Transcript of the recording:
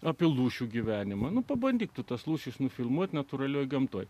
apie lūšių gyvenimą na pabandyk tu tas lūšis nufilmuoti natūralioje gamtoje